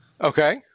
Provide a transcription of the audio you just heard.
Okay